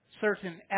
certain